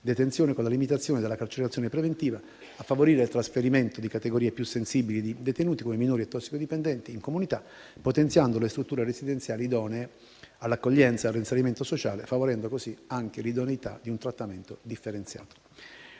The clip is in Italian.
detenzione con la limitazione della carcerazione preventiva e a favorire il trasferimento di categorie più sensibili di detenuti, come i minori e i tossicodipendenti in comunità, potenziando le strutture residenziali idonee all'accoglienza e al reinserimento sociale, favorendo così anche l'idoneità di un trattamento differenziato.